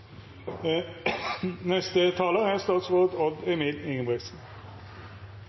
Neste taler er statsråd